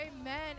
Amen